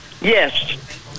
Yes